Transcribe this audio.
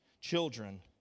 Children